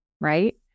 Right